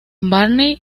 barney